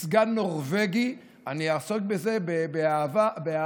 כסגן נורבגי אני אעסוק בזה באהבה.